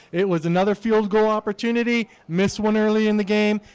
it was another field goal opportunity miss one early in the game.